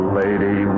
lady